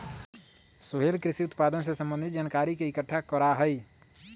सोहेल कृषि उत्पादन से संबंधित जानकारी के इकट्ठा करा हई